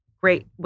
great